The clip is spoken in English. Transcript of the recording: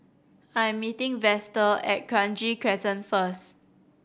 I'm meeting Vester at Kranji Crescent first